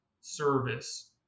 service